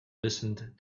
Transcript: listened